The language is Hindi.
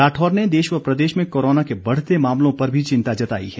राठौर ने देश व प्रदेश में कोरोना के बढ़ते मामलों पर भी चिंता जताई है